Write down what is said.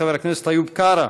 חבר הכנסת איוב קרא,